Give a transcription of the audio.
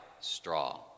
straw